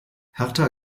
hertha